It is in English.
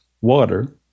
water